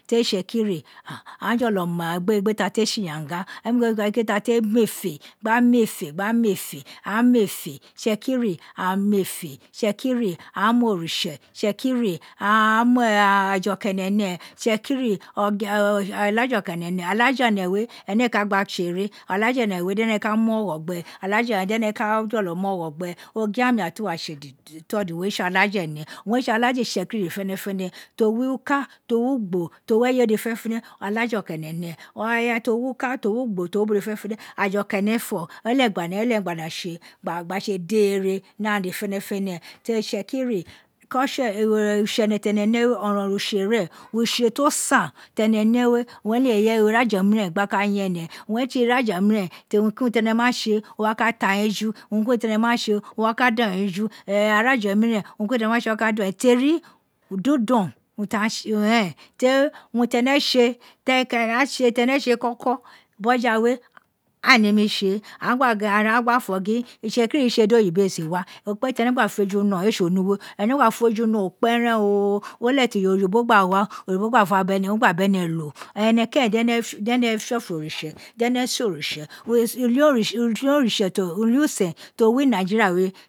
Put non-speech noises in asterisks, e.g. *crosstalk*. Teri ti itsekiri aghan jọlọ. a egbe ta te tse iyanga *unintelligible* egbe ta te mefe gba mefe gba mefe a mefe itsẹkiri a mefe itsekiri aghan ma oritse itsekiri *hesitation* aja ọkan enẹ ne itsekiri ọlaja okan ẹnẹ nẹ, ọlaja ẹnẹ wé ẹnẹ éé ka gbaa tse ene, olaja ẹnẹ we dede ka mj ǫghọ gbe olajan we dẹnẹ ka jọlọ muoghọ gbe ogiamẹ. Aduoatse the third owun re tse ọlaja ẹnẹ owu re tse ọlaja itsekiri dede fẹnẹfẹn, to wi ika, to wi igbo to wi ẹyẹ we dede fẹnẹfẹnẹ ọlaja oku wun ẹnẹ nẹ *hesitation* to wi ika to wi ugbo to wi uno dede fẹnẹfẹnẹ aju oka ẹnẹ fo owun ne lẹghẹ *hesitation* gba tse dere ni ara agha dede fẹnẹfẹnẹ teri itsekiri culture *hesitation* utse tẹnẹ nẹ we ọrọnrọn utse rén utse ti o san, teri nẹ wè uwun e le *hesitation* ira ja omiren gba ka yen ẹnẹ uwun né tse iraja omiren, urun ki uwun tẹnẹ tse owa ka ta gha eja urun ki urun ti ẹnẹ ma tse o wa ka taghan eju, urun ki urun tẹnẹ ma tse o wa ka da ghe fu, *hesitation* ina ja oniren urun ki urun tẹnẹ ma tse *hesitation* teri didon urun ta tse rẹn teri urun teri tse te kẹrẹn ghan tse koko buja we aghan ėé nemi tse a gba gin. *hesitation* A gba gin itsekiri tse di oyibo éé si wa, o kpe tẹnẹ gba fun eju no éé tse onuwe, ẹnẹ gba fun eju nọ o kpe rẹn o, re lẹghẹ ta oyibo gba wa oyibo gba fa bẹnẹ, o ka bẹnẹ lo ẹnẹ tẹrẹn dẹ ne fiofo oritse, dẹnẹ sen oritse uli o *hesitation* ulu-usen to wi nigeria we